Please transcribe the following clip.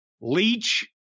leech